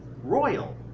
royal